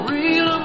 Real